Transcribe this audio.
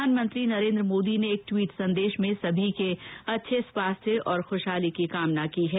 प्रधानमंत्री मोदी ने एक ट्वीट संदेश में सभी के अच्छे स्वास्थ्य और खुशहाली की कामना की है